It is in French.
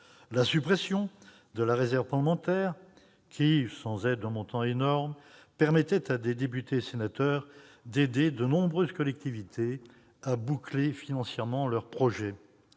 la suppression de la réserve parlementaire, qui, sans être d'un montant énorme, permettait à des députés et à des sénateurs d'aider de nombreuses collectivités à boucler financièrement leurs projets